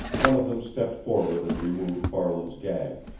one of them stepped forward and removed farland's gag,